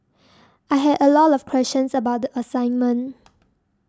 I had a lot of questions about the assignment